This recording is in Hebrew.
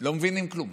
לא מבינים כלום.